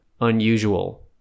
unusual